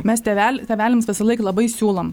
mes tėvel tėveliams visąlaik labai siūlom